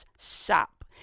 shop